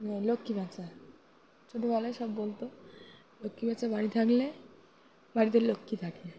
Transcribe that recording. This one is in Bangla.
যে লক্ষ্মীপ্যাঁচা ছোটবেলায় সব বলতো লক্ষ্মীপ্যাঁচা বাড়ি থাকলে বাড়িতে লক্ষ্মী থাকে